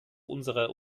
unserer